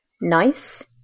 Nice